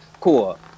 Cool